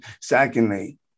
Secondly